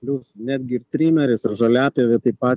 pliusų netgi ir trimeris ir žoliapjovė tai pat